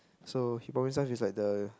so he promise us with like the